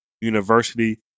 University